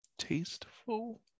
tasteful